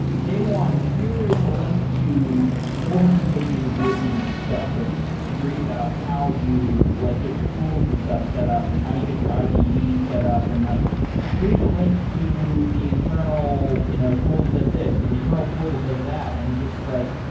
day one, here is a link to four hundred pages of wiki stuff to read about how you like get your tools and stuff set up and how you get your ide set up. like here's a link to the internal you know tool that does this and the internal tool that does that, and just like,